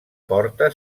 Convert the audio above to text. porta